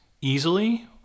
easily